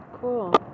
cool